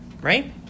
Right